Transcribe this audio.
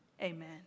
Amen